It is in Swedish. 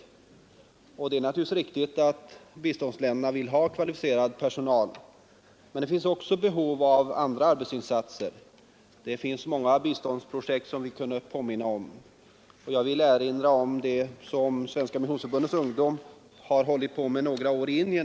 Naturligtvis är det riktigt att biståndsländerna vill ha kvalificerad personal, men det finns behov också av andra arbetsinsatser, och vi skulle kunna påminna om många olika biståndsprojekt. Jag vill erinra om det som Svenska missionsförbundets ungdom har hållit på med under några år i Indien.